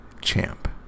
champ